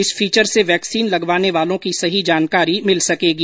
इस फीचर से वैक्सीन लगवाने वालों की सही जानकारी मिल सकेगी